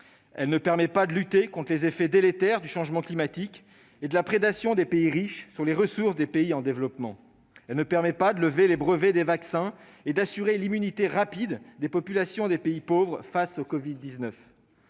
Elle ne permet pas de lutter contre les effets délétères du changement climatique et de la prédation des pays riches sur les ressources des pays en développement. Elle ne permet pas non plus de lever les brevets des vaccins et d'assurer l'immunité rapide des populations des pays pauvres face au covid-19.